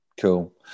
Cool